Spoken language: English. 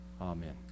Amen